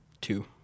two